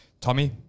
tommy